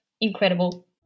incredible